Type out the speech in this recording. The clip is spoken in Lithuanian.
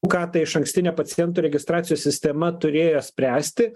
ką ta išankstinė pacientų registracijos sistema turėjo spręsti